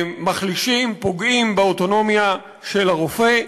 מחלישים, פוגעים באוטונומיה של הרופא,